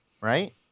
right